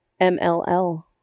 MLL